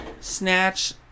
Snatch